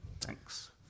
Thanks